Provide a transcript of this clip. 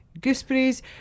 Gooseberries